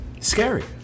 Scary